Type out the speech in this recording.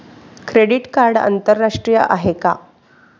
Credit card आंतरराष्ट्रीय आहे का?